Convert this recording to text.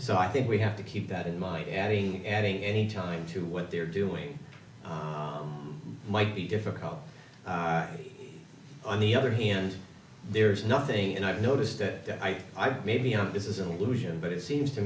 so i think we have to keep that in mind adding adding any time to what they're doing might be difficult on the other hand there's nothing and i've noticed that i think maybe of this is an illusion but it seems to